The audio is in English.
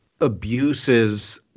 abuses